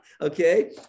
Okay